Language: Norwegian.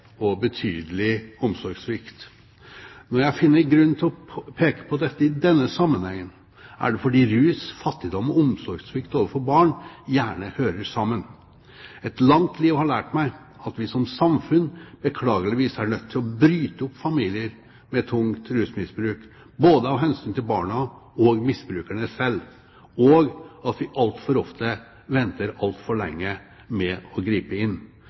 og betydelig omsorgssvikt. Når jeg finner grunn til å peke på dette i denne sammenhengen, er det fordi rus, fattigdom og omsorgssvikt overfor barn gjerne henger sammen. Et langt liv har lært meg at vi som samfunn beklageligvis er nødt til å bryte opp familier med tungt rusmisbruk av hensyn til både barna og misbrukerne selv, og at vi altfor ofte venter altfor lenge med å gripe inn.